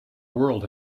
world